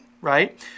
right